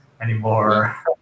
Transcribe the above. anymore